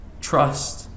Trust